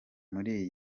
muri